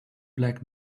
black